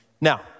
Now